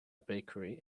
bakery